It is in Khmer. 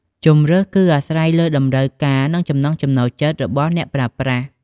ជម្រើសគឺអាស្រ័យលើតម្រូវការ និងចំណង់ចំណូលចិត្តរបស់អ្នកប្រើប្រាស់។